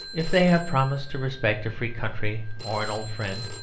if they have promised to respect a free country, or an old friend,